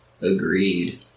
agreed